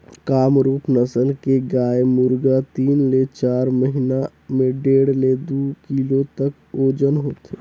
कामरूप नसल के मुरगा तीन ले चार महिना में डेढ़ ले दू किलो तक ओजन होथे